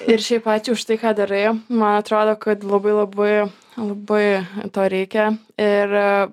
ir šiaip ačiū už tai ką darai man atrodo kad labai labai labai to reikia ir